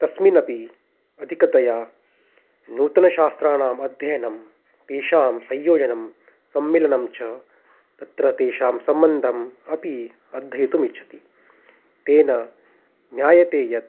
तस्मिन्नपि अधिकतया नूतनशास्त्राणाम् अध्ययनं तेषां संयोजनं सम्मेलनं च तत्र तेषां सम्बन्धम् अपि अध्येतुम् इच्छति तेन न्यायते यत्